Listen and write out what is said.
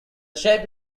shape